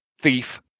thief